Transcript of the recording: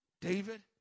David